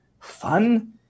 fun